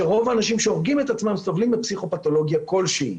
שרוב האנשים שהורגים את עצמם סובלים מפסיכופתולוגיה כלשהי.